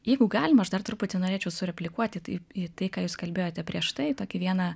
jeigu galima aš dar truputį norėčiau sureplikuoti taip tai ką jūs kalbėjote prieš tai tokį vieną